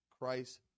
Christ